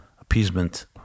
appeasement